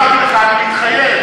אמרתי לך, אני מתחייב.